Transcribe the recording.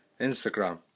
Instagram